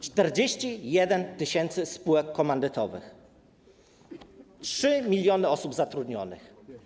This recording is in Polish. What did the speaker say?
41 tys. spółek komandytowych, 3 mln zatrudnionych osób.